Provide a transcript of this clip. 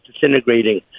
disintegrating